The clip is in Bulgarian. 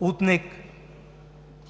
от НЕК?